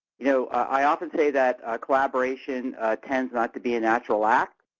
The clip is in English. you know, i often say that collaboration tends not to be a natural act.